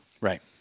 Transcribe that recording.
Right